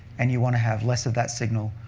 and you want to have less of that signal.